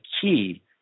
key